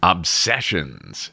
Obsessions